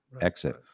exit